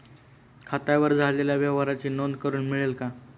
खात्यावर झालेल्या व्यवहाराची नोंद करून मिळेल का?